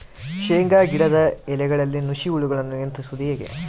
ಶೇಂಗಾ ಗಿಡದ ಎಲೆಗಳಲ್ಲಿ ನುಷಿ ಹುಳುಗಳನ್ನು ನಿಯಂತ್ರಿಸುವುದು ಹೇಗೆ?